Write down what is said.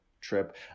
trip